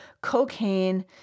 cocaine